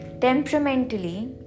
temperamentally